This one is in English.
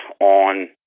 on